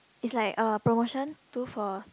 it's like uh promotion two for